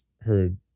heard